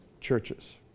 churches